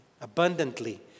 abundantly